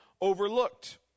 overlooked